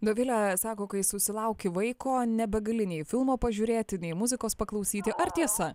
dovile sako kai susilauki vaiko nebegali nei filmo pažiūrėti nei muzikos paklausyti ar tiesa